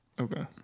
Okay